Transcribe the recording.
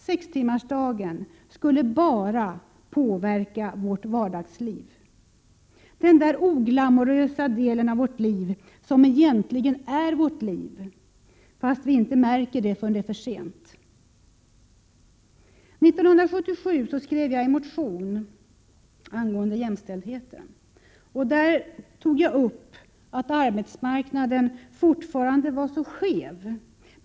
Sextimmarsdagen skulle bara påverka vårt vardagsliv, den där oglamorösa delen av vårt liv som egentligen är vårt liv — fast vi inte märker det förrän det är för sent. År 1977 skrev jag en motion angående jämställdheten. Där framhöll jag att arbetsmarknaden fortfarande var skev.